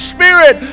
Spirit